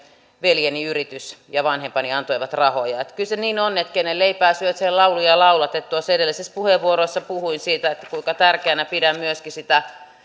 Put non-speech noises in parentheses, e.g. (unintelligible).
veljeni yritys ja vanhempani antoivat rahoja kyllä se niin on että kenen leipää syöt sen lauluja laulat tuossa edellisessä puheenvuorossa puhuin siitä kuinka tärkeänä pidän myöskin sitä (unintelligible)